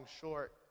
short